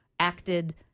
Acted